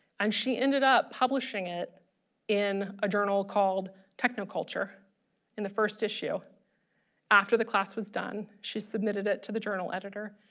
and she ended up publishing it in a journal called techno culture in the first issue after the class was done she submitted it to the journal editor.